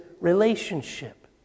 relationship